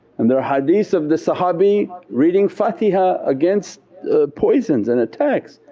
and there are hadees of the sahabi reading fatiha against poisons and attacks.